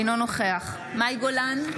אינו נוכח מאי גולן,